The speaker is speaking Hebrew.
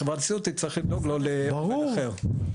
חברת הסיעוד תצטרך לדאוג לו למטופל אחר.